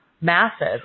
massive